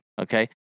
okay